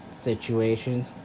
situation